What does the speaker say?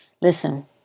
Listen